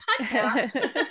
podcast